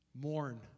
Mourn